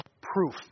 proof